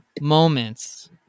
moments